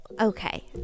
Okay